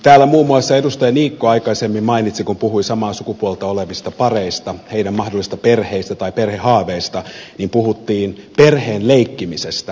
täällä muun muassa edustaja niikko aikaisemmin mainitsi kun puhui samaa sukupuolta olevista pareista heidän mahdollisista perheistään tai perhehaaveistaan perheen leikkimisestä